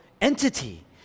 entity